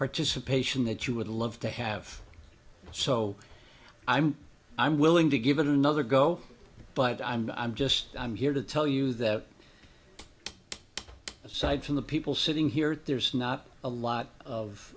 participation that you would love to have so i'm i'm willing to give it another go but i'm i'm just i'm here to tell you that aside from the people sitting here there's not a lot of